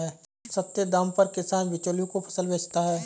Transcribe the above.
सस्ते दाम पर किसान बिचौलियों को फसल बेचता है